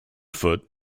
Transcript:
foot